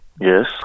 yes